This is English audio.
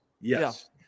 Yes